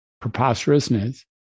Preposterousness